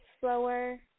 slower